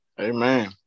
Amen